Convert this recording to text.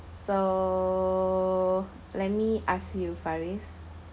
so let me ask you Fariz